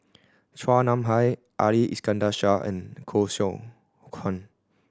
Chua Nam Hai Ali Iskandar Shah and Koh Seow Chuan